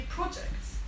projects